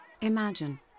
Imagine